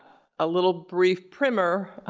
a little brief primer,